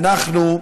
אנחנו,